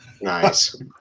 Nice